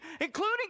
including